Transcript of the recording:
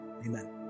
amen